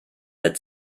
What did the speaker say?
der